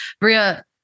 bria